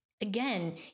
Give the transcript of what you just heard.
again